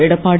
Edappadi